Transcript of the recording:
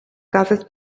gases